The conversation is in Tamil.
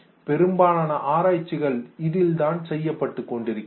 பெரும்பாலான ஆராய்ச்சிகள் இதில்தான் செய்யப்பட்டுக் கொண்டிருக்கின்றன